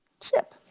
chip.